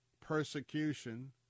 persecution